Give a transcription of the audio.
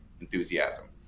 enthusiasm